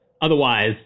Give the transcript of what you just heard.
Otherwise